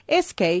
SK